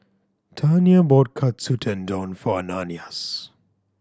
Tania bought Katsu Tendon for Ananias